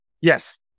Yes